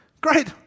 Great